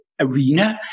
arena